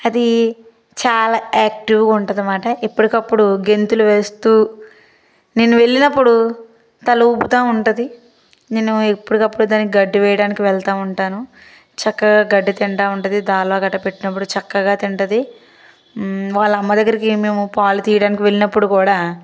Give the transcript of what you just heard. అది చాలా యాక్టీవ్గా ఉంటుందన్నమాట ఎప్పటికప్పుడు గెంతులు వేస్తు నేను వెళ్ళినప్పుడు తల ఊపతు ఉంటుంది నేను ఎప్పటికప్పుడు దానికి గడ్డి వేయడానికి వెళ్తా ఉంటాను చక్కగా గడ్డి తింటు ఉంటుంది బాగా దాణా గడ్డి పెట్టినప్పుడు చక్కగా తింటుంది వాళ్ళ అమ్మ దగ్గరకి మేము పాలు తీయడానికి వెళ్ళినపుడు కూడా